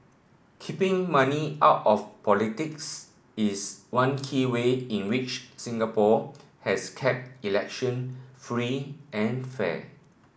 keeping money out of politics is one key way in which Singapore has kept elections free and fair